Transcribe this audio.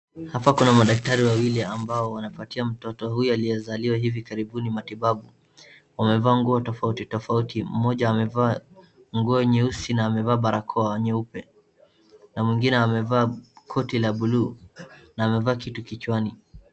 Hapa kuna madaktari wawili ambao wanapatia mtoto huyu aliyezaliwa hivi karibuni matibabu. Wamevaa nguo tofauti tofauti. MMoja amevaa nguo nyeusi na amevaa barakoa nyeupe, na mwingine amevaa koti la buluu na amevaa kitu kichwani.